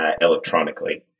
electronically